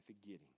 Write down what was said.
forgetting